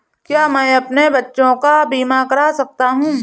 क्या मैं अपने बच्चों का बीमा करा सकता हूँ?